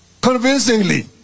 convincingly